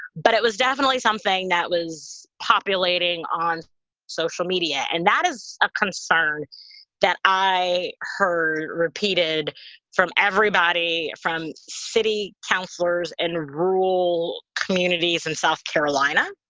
but it was definitely something that was populating on social media. and that is a concern that i heard repeated from everybody from city councilors and rural communities in south carolina